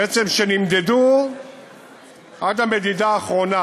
שנמדדו עד המדידה האחרונה?